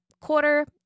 quarter